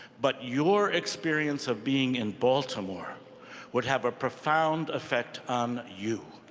but your experience of being in baltimore would have a profound affect on you.